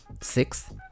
six